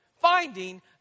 Finding